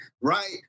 Right